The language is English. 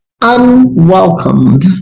unwelcomed